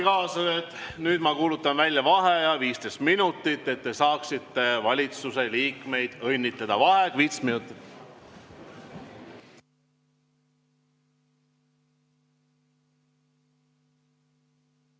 nüüd ma kuulutan välja vaheaja 15 minutit, et te saaksite valitsuse liikmeid õnnitleda. Vaheaeg 15 minutit.